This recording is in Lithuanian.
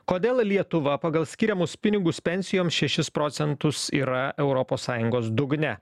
kodėl lietuva pagal skiriamus pinigus pensijom šešis procentus yra europos sąjungos dugne